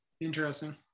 Interesting